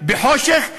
בחושך,